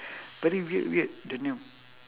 very weird weird the name